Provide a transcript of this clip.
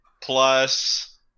plus